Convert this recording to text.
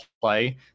play